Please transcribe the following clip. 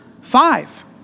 five